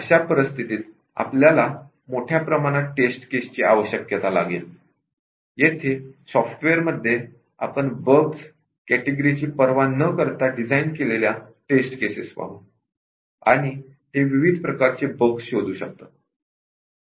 अशा परिस्थितीत आपल्याला मोठ्या प्रमाणात टेस्ट केस ची आवश्यकता लागेल येथे सॉफ्टवेअरमध्ये आपण बग कॅटेगरी ची पर्वा न करता डिझाइन केलेल्या टेस्ट केसेस पाहु आणि ते विविध प्रकारचे बग शोधू शकतात